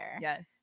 Yes